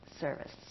service